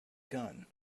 gun